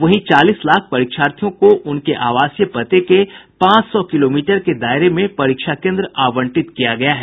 वहीं चालीस लाख परीक्षार्थियों को उनके आवासीय पते के पांच सौ किलोमीटर में दायरे में परीक्षा केन्द्र आवंटित किया गया है